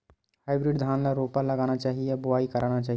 Hybrid धान ल रोपा लगाना चाही या बोआई करना चाही?